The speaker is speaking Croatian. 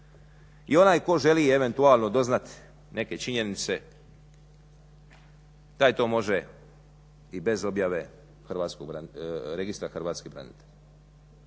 I onaj tko želi eventualno doznat neke činjenice taj to može i bez objave Registra hrvatskih branitelja,